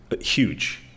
huge